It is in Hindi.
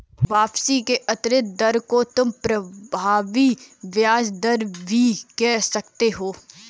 वापसी की आंतरिक दर को तुम प्रभावी ब्याज दर भी कह सकते हो